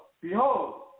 behold